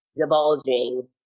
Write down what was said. divulging